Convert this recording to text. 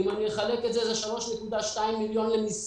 אם אני אחלק את זה, זה 3.2 מיליון למשרה.